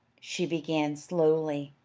she began slowly,